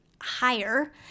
higher